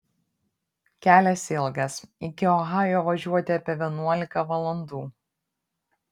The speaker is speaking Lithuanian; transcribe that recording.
kelias ilgas iki ohajo važiuoti apie vienuolika valandų